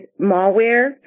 malware